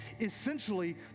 Essentially